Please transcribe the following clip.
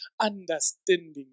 understanding